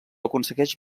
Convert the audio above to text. aconsegueix